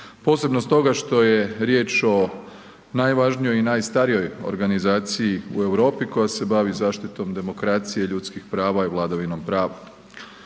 Posebno stoga što je riječ o najvažnijoj i najstarijoj organizaciji u Europi koja se bavi zaštitom demokracije i ljudskih prava i vladavinom prava.